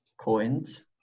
coins